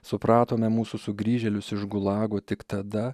supratome mūsų sugrįžėlius iš gulago tik tada